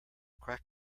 crack